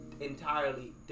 entirely